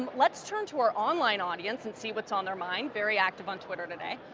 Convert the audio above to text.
and let's turn to our online audience and see what's on our minds, very active on twitter today.